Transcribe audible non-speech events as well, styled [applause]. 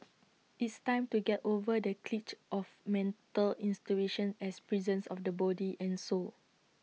[noise] it's time to get over the cliche of mental institutions as prisons of the body and soul